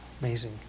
Amazing